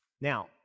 Now